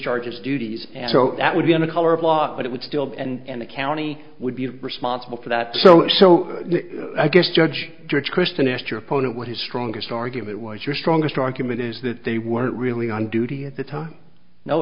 charges duties and so that would be on the color of law but it would still be and the county would be responsible for that so i guess judge judge kristen asked your opponent what his strongest argument was your strongest argument is that they weren't really on duty at the time no